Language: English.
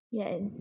yes